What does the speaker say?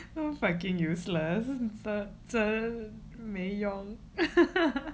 so fucking useless 真没用